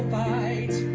might